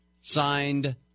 Signed